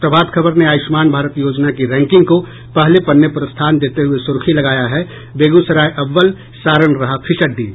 प्रभात खबर ने आयुष्मान भारत योजना की रैंकिंग को पहले पन्ने पर स्थान देते हुये सुर्खी लगाया है बेगूसराय अव्वल सारण रहा फिसड्डी